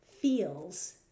feels